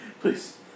please